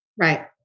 right